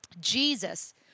Jesus